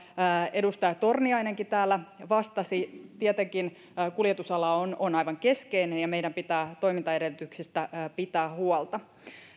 edustaja torniainenkin täällä vastasi tietenkin kuljetusala on on aivan keskeinen ja meidän pitää toimintaedellytyksistä pitää huolta